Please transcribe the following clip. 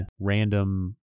random